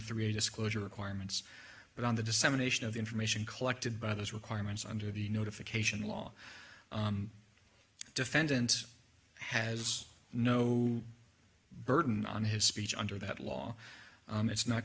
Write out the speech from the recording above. three disclosure requirements but on the dissemination of information collected by those requirements under the notification law defendant has no burden on his speech under that law it's not